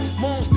more